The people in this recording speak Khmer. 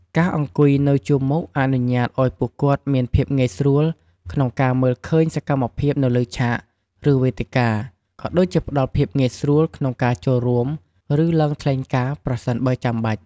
ការអង្គុយនៅជួរមុខអនុញ្ញាតឲ្យពួកគាត់មានភាពងាយស្រួលក្នុងការមើលឃើញសកម្មភាពនៅលើឆាក ឬវេទិកា ក៏ដូចជាផ្តល់ភាពងាយស្រួលក្នុងការចូលរួម ឬឡើងថ្លែងការណ៍ប្រសិនបើចាំបាច់។